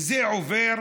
וזה עובר,